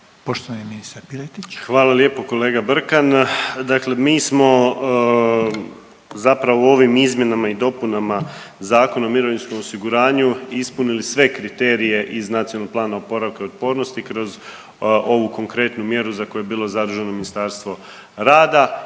kolega Brkan. **Piletić, Marin (HDZ)** Dakle, mi smo zapravo ovim izmjenama i dopunama Zakona o mirovinskom osiguranju ispunili sve kriterije iz Nacionalnog plana oporavka i otpornosti kroz ovu konkretnu mjeru za koju je bilo zaduženo Ministarstvo rada.